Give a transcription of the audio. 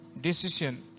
Decision